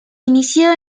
inició